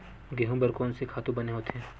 गेहूं बर कोन से खातु बने होथे?